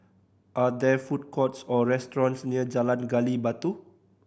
are there food courts or restaurants near Jalan Gali Batu